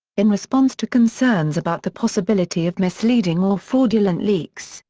in response to concerns about the possibility of misleading or fraudulent leaks,